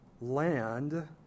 land